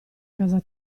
casa